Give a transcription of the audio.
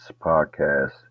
podcast